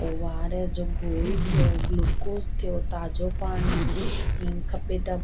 ओ R S जो घोल थियो ग्लूकोज थियो ताज़ो पाणी हीअं खपे त